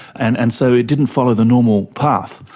and and so it didn't follow the normal path.